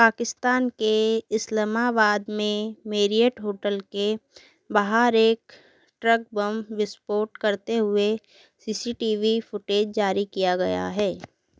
पाकिस्तान के इस्लामाबाद में Marriott hotel के बाहर एक ट्रक बम विस्फोट करते हुए C C T V footage जारी किया गया है